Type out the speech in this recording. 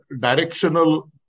directional